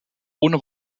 ohne